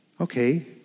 Okay